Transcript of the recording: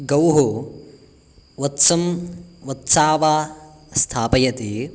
गौः वत्सं वत्सा वा स्थापयति